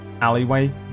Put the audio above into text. alleyway